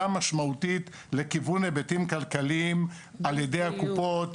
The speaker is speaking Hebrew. משמעותית לכיוון היבטים כלכליים על ידי הקופות.